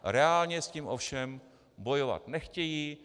Reálně s tím ovšem bojovat nechtějí.